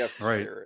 Right